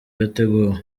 yateguwe